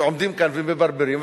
עומדים כאן ומברברים,